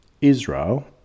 Israel